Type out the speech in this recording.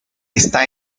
está